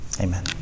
Amen